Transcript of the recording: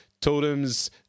totems